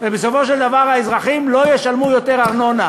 ובסופו של דבר האזרחים לא ישלמו יותר ארנונה.